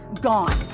gone